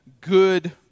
good